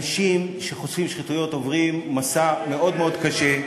אנשים שחושפים שחיתויות עוברים מסע מאוד מאוד קשה,